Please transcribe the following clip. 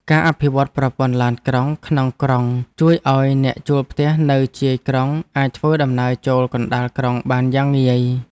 ការអភិវឌ្ឍប្រព័ន្ធឡានក្រុងក្នុងក្រុងជួយឱ្យអ្នកជួលផ្ទះនៅជាយក្រុងអាចធ្វើដំណើរចូលកណ្តាលក្រុងបានយ៉ាងងាយ។